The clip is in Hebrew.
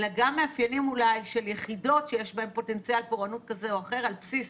אלא גם מאפיינים של יחידות שיש בהם פוטנציאל פורענות כזה או אחר על בסיס